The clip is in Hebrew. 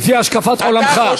לפי השקפת עולמך,